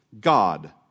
God